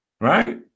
right